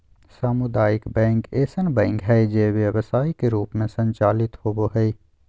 सामुदायिक बैंक ऐसन बैंक हइ जे व्यवसाय के रूप में संचालित होबो हइ